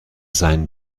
seien